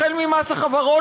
החל במס חברות,